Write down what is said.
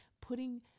putting